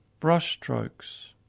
Brushstrokes